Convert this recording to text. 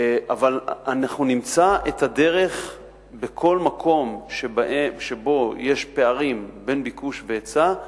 אבל אנחנו נמצא את הדרך בכל מקום שבו יש פערים בין ביקוש והיצע,